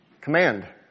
command